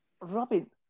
robin